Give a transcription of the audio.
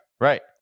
right